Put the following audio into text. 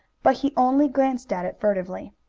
but he only glanced at it furtively.